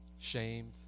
shamed